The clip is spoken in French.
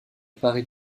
parer